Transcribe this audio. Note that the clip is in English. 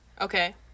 Okay